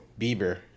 Bieber